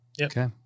Okay